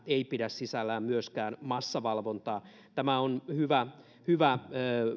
ei pidä sisällään myöskään massavalvontaa tämä on hyvä hyvä